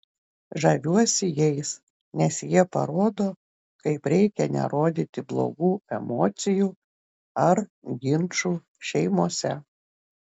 žaviuosi jais nes jie parodo kaip reikia nerodyti blogų emocijų ar ginčų šeimose